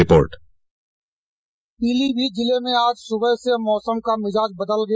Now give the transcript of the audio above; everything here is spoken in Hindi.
रिपोर्ट पीलीभीत जिले में आज सुबह से मौसम का मिज़ाज बदल गया